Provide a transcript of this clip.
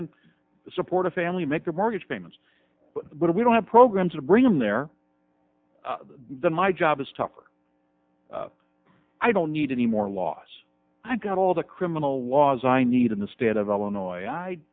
can support a family make their mortgage payments but if we don't have programs to bring them there then my job is tougher i don't need any more laws i've got all the criminal laws i need in the state of illinois i